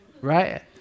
right